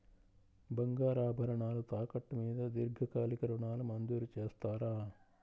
బంగారు ఆభరణాలు తాకట్టు మీద దీర్ఘకాలిక ఋణాలు మంజూరు చేస్తారా?